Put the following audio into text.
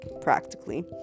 practically